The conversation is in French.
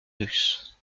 russe